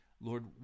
Lord